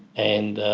and